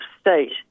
State